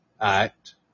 Act